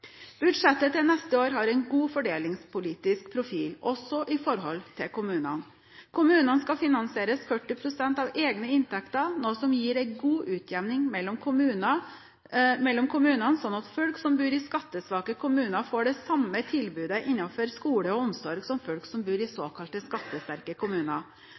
Budsjettet til neste år har en god fordelingspolitisk profil, også i forhold til kommunene. Kommunene skal finansiere 40 pst. av egne inntekter, noe som gir en god utjevning mellom kommunene, slik at folk som bor i skattesvake kommuner, får det samme tilbudet innenfor skole og omsorg som folk som bor i såkalte skattesterke kommuner.